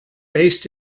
based